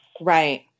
Right